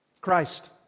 Christ